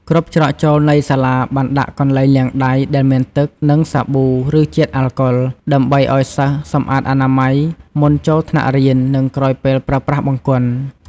គ្រប់ច្រកចូលនៃសាលាបានដាក់កន្លែងលាងដៃដែលមានទឹក និងសាប៊ូ ឬជាតិអាល់កុល ដើម្បីឲ្យសិស្សសម្អាតអនាម័យមុនចូលថ្នាក់រៀន និងក្រោយពេលប្រើប្រាស់បង្គន់។